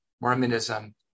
Mormonism